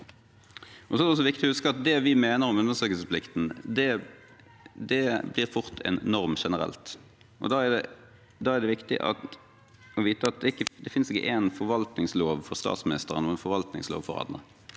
det vi mener om undersøkelsesplikten, fort blir en norm generelt. Da er det viktig å vite at det ikke finnes én forvaltningslov for statsministeren og én forvaltningslov for andre.